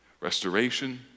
restoration